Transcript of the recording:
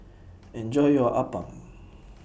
Enjoy your Appam